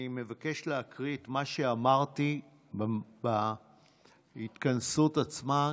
אני מבקש להקריא את מה שאמרתי בהתכנסות עצמה,